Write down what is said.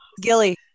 gilly